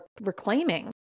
reclaiming